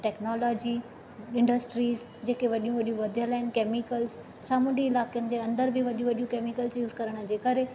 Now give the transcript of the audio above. technology industries जेके वॾियूं वॾियूं वधियल आहिनि केमिकल्स सामूंडी इलाक़नि जे अंदरु बि वॾियूं वॾियूं केमिकल यूस करणु जे करे